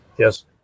Yes